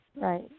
right